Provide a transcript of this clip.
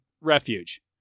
refuge